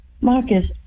Marcus